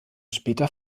später